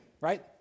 right